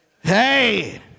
Hey